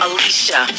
Alicia